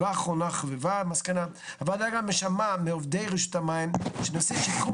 הוועדה שמעה מעובדי רשות המים שנושא שיקום